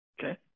Okay